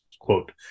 Quote